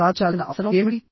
సాధించాల్సిన అవసరం ఏమిటి